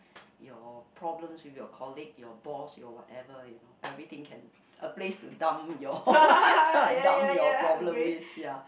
your problems with your colleague your boss your whatever you know everything can a place to dump your dump your problem with ya